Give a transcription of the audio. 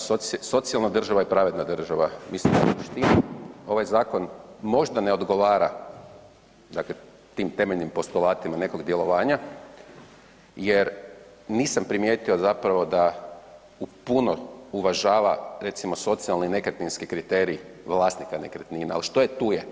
Socijalna država i pravedna država. ... ovaj zakon možda ne odgovara dakle tim temeljnim postolatima nekog djelovanja jer nisam primijetio zapravo da u puno uvažava, recimo socijalni i nekretninski kriterij vlasnika nekretnina, ali što je tu je.